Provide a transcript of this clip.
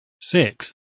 six